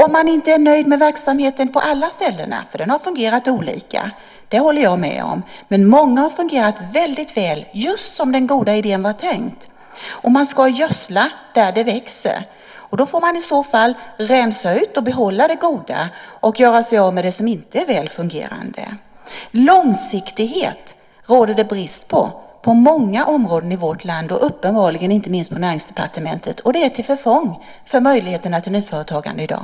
Om man inte är nöjd med verksamheten på alla ställen - den har fungerat olika, det håller jag med om, men många har fungerat väldigt väl just som den goda idén var tänkt, och man ska gödsla där det växer - får man rensa ut och behålla det goda och göra sig av med det som inte är väl fungerande. Det råder brist på långsiktighet på många områden i vårt land, och uppenbarligen inte minst på Näringsdepartementet, och det är till förfång för möjligheterna till nyföretagande i dag.